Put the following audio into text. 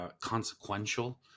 consequential